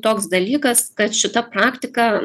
toks dalykas kad šita praktika